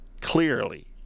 Clearly